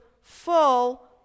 full